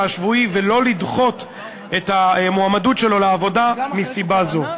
השבועי ולא לדחות את המועמדות שלו לעבודה מסיבה זו.